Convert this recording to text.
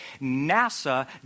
NASA